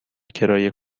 کرایه